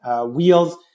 wheels